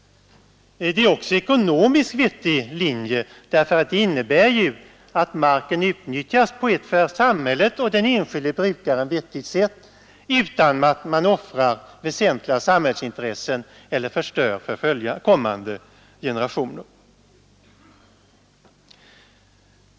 Det är också ekonomiskt en vettig linje därför att det innebär att marken utnyttjas på ett för samhället och den enskilde brukaren vettigt sätt utan att man offrar väsentliga samhällsintressen eller förstör för kommande generationer.